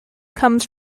comes